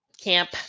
Camp